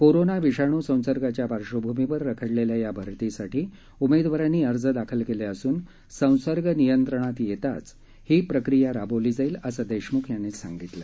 corona विषाणू संसर्गाच्या पार्बभूमीवर रखडलल्खा या भरतीसाठी उमद्ववारांनी अर्ज दाखल कलिखिसून संसर्ग नियंत्रणात यत्तीच ही प्रक्रिया राबवली जाईल असं दश्रमुख यांनी सांगितलं